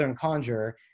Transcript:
Conjure